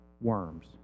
worms